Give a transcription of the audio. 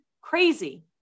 crazy